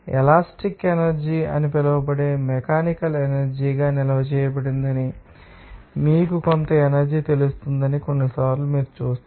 elastic energy అని పిలువబడే mechanical energy గా నిల్వ చేయబడిందని మీకు కొంత ఎనర్జీ తెలుస్తుందని కొన్నిసార్లు మీరు చూస్తారు